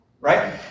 Right